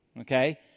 okay